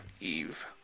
Eve